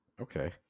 Okay